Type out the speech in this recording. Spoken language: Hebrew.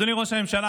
אדוני ראש הממשלה,